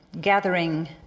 gathering